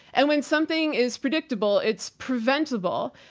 and when something is predictable, it's preventable.